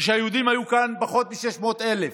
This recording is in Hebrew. כשהיהודים היו כאן פחות מ-600,000